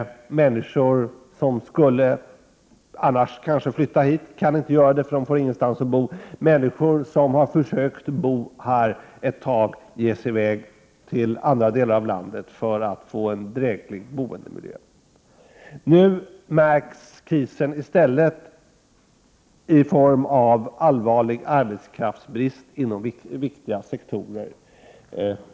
Människor som annars skulle flytta hit kan inte göra det. Människor som har försökt bo här en tid ger sig i väg till andra delar av landet för att få en dräglig boendemiljö. Nu märks krisen i stället i form av allvarlig arbetskraftsbrist inom viktiga sektorer.